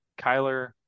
kyler